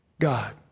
God